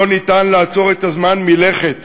לא ניתן לעצור את הזמן מלכת,